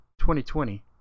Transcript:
2020